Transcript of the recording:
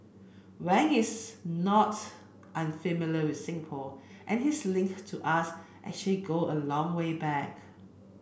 Wang is not unfamiliar with Singapore and his link to us actually go a long way back